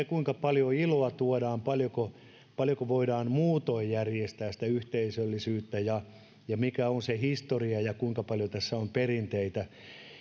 kuinka paljon iloa tuodaan paljonko paljonko voidaan muutoin järjestää sitä yhteisöllisyyttä ja ja mikä on se historia ja kuinka paljon tässä on perinteitä